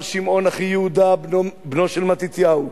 כפי שאמר שמעון אחי יהודה, בנו של מתתיהו: